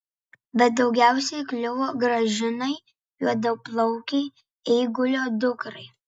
bet daugiausiai kliuvo gražinai juodaplaukei eigulio dukrai